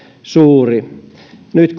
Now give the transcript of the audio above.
suuri nyt